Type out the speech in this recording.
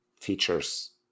features